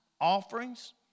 offerings